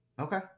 Okay